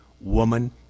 woman